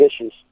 issues